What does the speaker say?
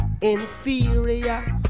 Inferior